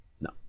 No